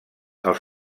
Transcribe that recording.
als